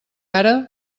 ara